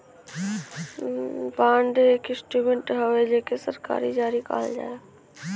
bond एक instrument हौ जेके सरकार जारी करला